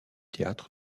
théâtre